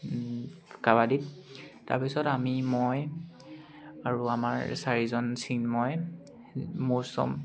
কাবাডীত তাৰপিছত আমি মই আৰু আমাৰ চাৰিজন চিণ্ময় মৌচুম